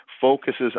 focuses